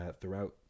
throughout